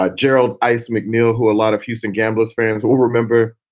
ah gerald ice mcneil, who a lot of houston gamboa's fans will remember.